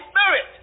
Spirit